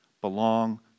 belong